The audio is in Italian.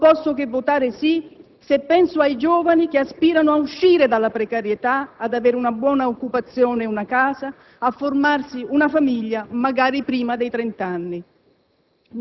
Non posso che votare sì se penso ai giovani che aspirano a uscire dalla precarietà, ad avere una buona occupazione e una casa, a formarsi una famiglia, magari prima dei trent'anni.